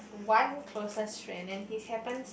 one closest friend and he happens